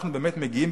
אנחנו באמת מגיעים,